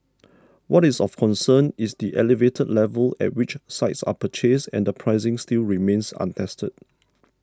what is of concern is the elevated level at which sites are purchased and the pricing still remains untested